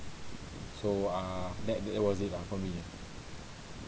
so uh that it was it lah for me